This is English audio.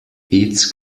its